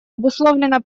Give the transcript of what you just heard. обусловлена